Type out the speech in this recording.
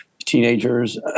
teenagers